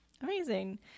Amazing